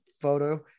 photo